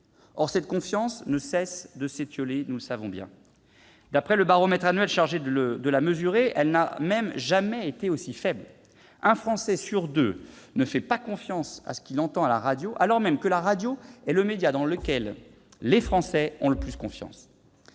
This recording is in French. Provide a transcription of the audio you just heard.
Or cette confiance ne cesse de s'étioler. D'après le baromètre annuel chargé de la mesurer, elle n'a même jamais été aussi faible. Un Français sur deux ne fait pas confiance à ce qu'il entend à la radio, alors même qu'il s'agit du média dans lequel nos concitoyens ont le plus confiance